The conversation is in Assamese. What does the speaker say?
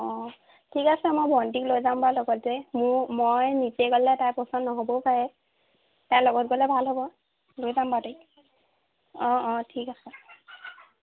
অ' ঠিক আছে মই ভণ্টীক লৈ যাম বাৰু লগতে ম মই নিজে গ'লে তাইৰ পচন্দ নহ'বও পাৰে তাই লগত গ'লে ভাল হ'ব লৈ যাম মই তাইক অ অ ঠিক আছে